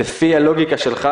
לפי הלוגיקה שלך,